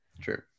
True